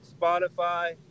Spotify